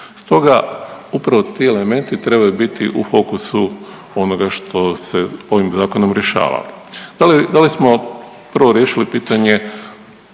Stoga upravo ti elementi trebaju biti u fokusu onoga što se ovim zakonom rješava. Da li, da li smo prvo riješili pitanje